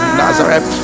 nazareth